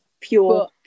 pure